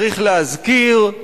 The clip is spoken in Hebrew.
צריך להזכיר,